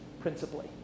principally